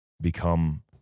become